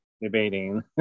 debating